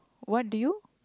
what do you